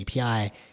API